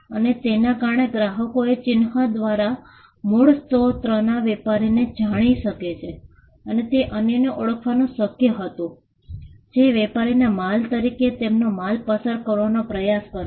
અને તેના કારણે ગ્રાહકો તે ચિહ્ન દ્વારા મૂળ સ્રોતના વેપારીને જાણી શકે છે તેને તે અન્યને ઓળખવાનું શક્ય હતું જે વેપારીના માલ તરીકે તેમનો માલ પસાર કરવાનો પ્રયાસ કરશે